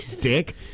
Dick